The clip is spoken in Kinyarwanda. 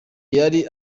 yari